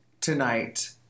tonight